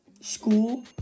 school